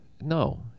no